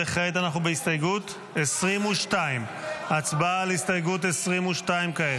וכעת אנחנו בהסתייגות 22. הצבעה על הסתייגות 22 כעת.